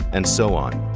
and so on.